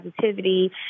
positivity